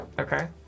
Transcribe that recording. Okay